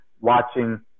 watching